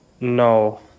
no